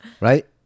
right